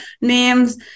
names